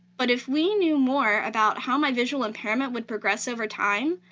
but if we knew more about how my visual impairment would progress over time,